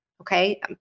Okay